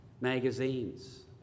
magazines